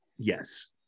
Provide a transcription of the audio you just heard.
Yes